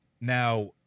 Now